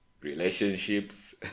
relationships